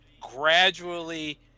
gradually